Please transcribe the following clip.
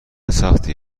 سختی